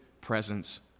presence